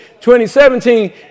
2017